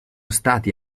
stati